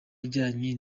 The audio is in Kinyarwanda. ajyanye